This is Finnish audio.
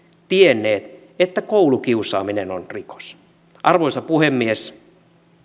tienneet että koulukiusaaminen on rikos arvoisa puhemies